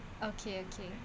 okay okay